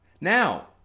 Now